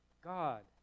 God